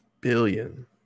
Billion